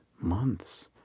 months